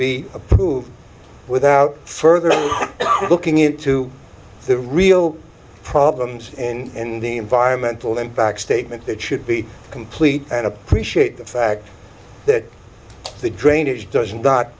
be approved without further looking into the real problems in in the environmental impact statement that should be complete and appreciate the fact that the drainage does not